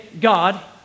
God